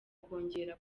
kongera